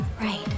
Right